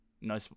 No